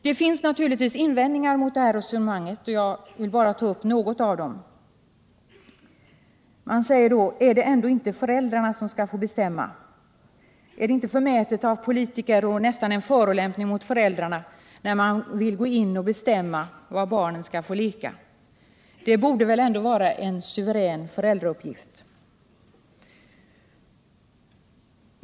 Det finns naturligtvis invändningar mot det här resonemanget, och jag vill ta upp några av dem. Man säger: Är det ändå inte föräldrarna som skall få bestämma? Är det inte förmätet av politiker och nästan en förolämpning mot föräldrarna när man vill gå in och bestämma vad barnen skall få leka? Det borde väl ändå vara en suverän föräldrauppgift?